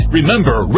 Remember